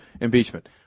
impeachment